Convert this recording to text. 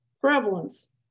prevalence